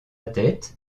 tête